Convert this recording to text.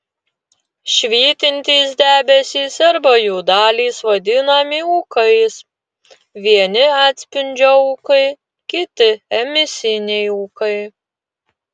švytintys debesys arba jų dalys vadinami ūkais vieni atspindžio ūkai kiti emisiniai ūkai